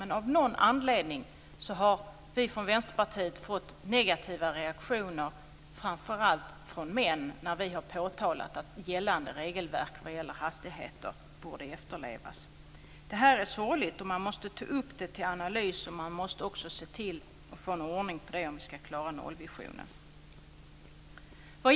Men av någon anledning har vi från Vänsterpartiet fått negativa reaktioner, framför allt från män, när vi har påtalat att gällande regelverk vad gäller hastigheter borde efterlevas. Det här är sorgligt och man måste ta upp det till analys. Man måste också se till att få ordning på detta om vi ska klara nollvisionen.